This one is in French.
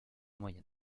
moyen